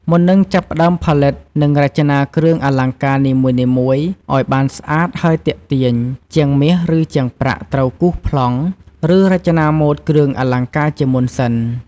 មុននឹងចាប់ផ្ដើមផលិត និងរចនាគ្រឿងអលង្ការនីមួយៗអោយបានស្អាតហើយទាក់ទាញ ជាងមាស ឬជាងប្រាក់ត្រូវគូសប្លង់ ឬរចនាម៉ូដគ្រឿងអលង្ការជាមុនសិន។